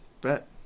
Bet